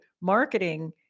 marketing